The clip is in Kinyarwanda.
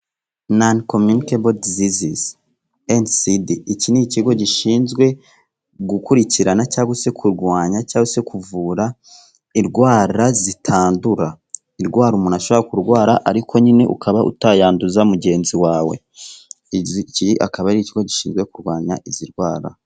Nani kominikabo dizizizi NCD, iki ni ikigo gishinzwe gukurikirana cyangwa se kurwanya cyangwa se kuvura indwara zitandura, indwara umuntu ashobora kurwara ariko nyine ukaba utayanduza mugenzi wawe, iki akaba ari ikigo gishinzwe kurwanya izi ndwara.